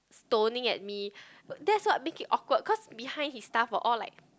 stoning at me that's what make it awkward cause behind his staff were all like